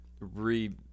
re-